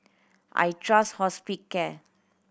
I trust Hospicare